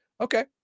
Okay